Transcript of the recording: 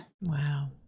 Wow